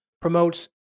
promotes